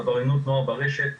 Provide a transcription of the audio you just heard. עבריינות נוער ברשת,